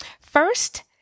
first